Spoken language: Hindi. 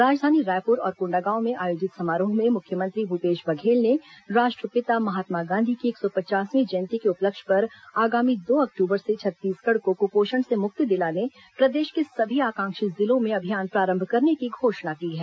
राजधानी रायपुर और कोंडागांव में आयोजित समारोह में मुख्यमंत्री भूपेश बघेल ने राष्ट्रपिता महात्मा गांधी की एक सौ पचासवीं जयंती के उपलक्ष्य पर आगामी दो अक्टूबर से छत्तीसगढ़ को कुपोषण से मुक्ति दिलाने प्रदेश के सभी आकांक्षी जिलों में अभियान प्रारंभ करने की घोषणा की है